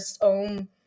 own